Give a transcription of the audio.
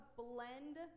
blend